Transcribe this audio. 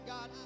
God